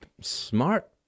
smart